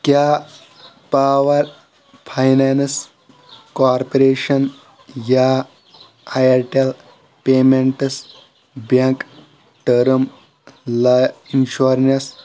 کیٛاہ power finance corporation یا Airtel payments bank term life insurance